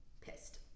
pissed